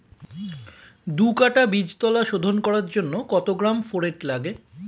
দু কাটা বীজতলা শোধন করার জন্য কত গ্রাম ফোরেট লাগে?